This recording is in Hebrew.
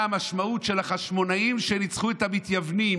המשמעות של החשמונאים שניצחו את המתייוונים,